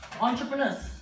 Entrepreneurs